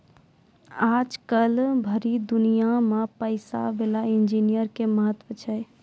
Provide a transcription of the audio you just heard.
आजकल भरी दुनिया मे पैसा विला इन्जीनियर के महत्व छै